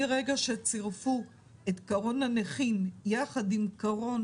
מרגע שצירפו את קרון הנכים ביחד עם קרון